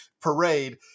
parade